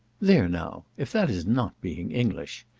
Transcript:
there now! if that is not being english!